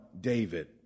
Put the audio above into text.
David